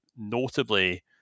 notably